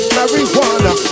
Marijuana